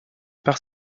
par